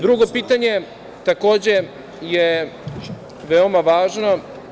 Drugo pitanje je takođe veoma važno.